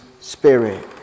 spirit